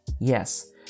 Yes